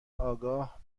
آگاه